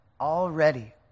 already